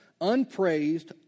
unpraised